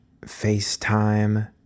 FaceTime